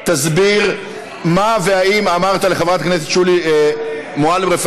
תסביר מה והאם אמרת לחברת הכנסת שולי מועלם-רפאלי,